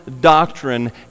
doctrine